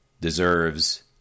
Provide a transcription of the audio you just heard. deserves